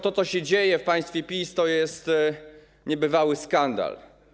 To, co się dzieje w państwie PiS, to jest niebywały skandal.